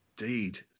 Indeed